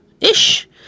ish